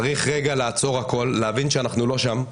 צריך רגע לעצור הכול, להבין שאנחנו לא שם.